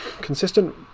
consistent